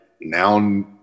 now